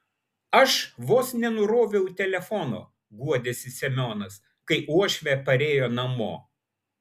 aš vos nenuroviau telefono guodėsi semionas kai uošvė parėjo namo